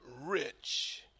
rich